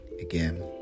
Again